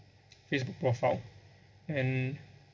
facebook profile and